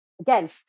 again